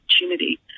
opportunity